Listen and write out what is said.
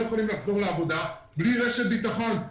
יכולים לחזור לעבודה וללא כל רשת ביטחון.